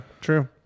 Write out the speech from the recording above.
True